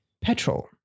petrol